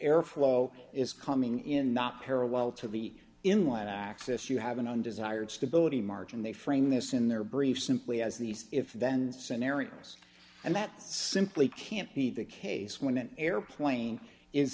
airflow is coming in not parallel to the in line access you have an undesired stability margin they frame this in their brief simply as these if then scenarios and that simply can't be the case when an airplane is